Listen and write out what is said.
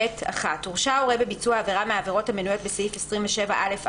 (ב)(1)הורשע הורה בביצוע עבירה מהעבירות המנויות בסעיף 27א(א)